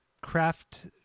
Craft